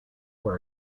where